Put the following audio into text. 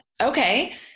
okay